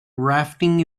rafting